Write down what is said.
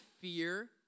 fear